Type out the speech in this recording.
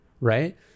right